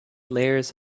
layers